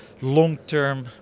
long-term